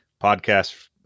podcast